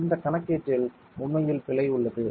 எனவே இந்த கணக்கீட்டில் உண்மையில் பிழை உள்ளது